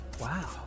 Wow